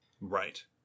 Right